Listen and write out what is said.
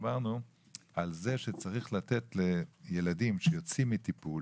כך שצריך לתת לילדים שיוצאים מטיפול,